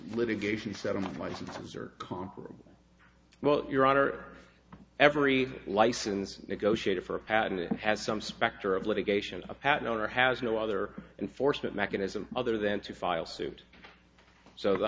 litigation settlement licenses are comparable well your honor every license negotiated for a patent has some specter of litigation a patent owner has no other enforcement mechanism other than to file suit so the